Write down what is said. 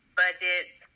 budgets